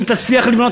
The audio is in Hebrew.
אם תצליח לבנות,